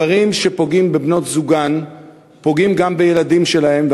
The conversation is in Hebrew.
גברים שפוגעים בבנות-זוגם פוגעים גם בילדים שלהם,